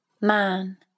man